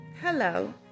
hello